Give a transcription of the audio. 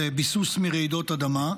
לביסוס מרעידות אדמה.